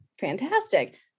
fantastic